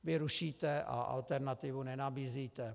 Vy rušíte a alternativu nenabízíte.